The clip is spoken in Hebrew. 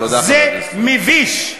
זה מביש.